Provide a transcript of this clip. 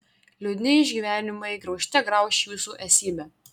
liūdni išgyvenimai graužte grauš jūsų esybę